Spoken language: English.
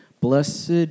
Blessed